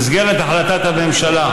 במסגרת החלטת הממשלה,